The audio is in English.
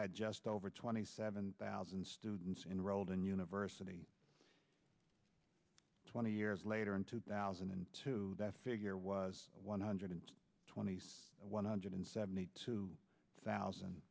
had just over twenty seven thousand students enrolled in university twenty years later in two thousand and two that figure was one hundred twenty one hundred seventy two thousand